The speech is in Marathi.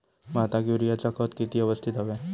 भाताक युरियाचा खत किती यवस्तित हव्या?